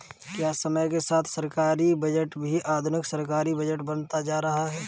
क्या समय के साथ सरकारी बजट भी आधुनिक सरकारी बजट बनता जा रहा है?